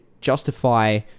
justify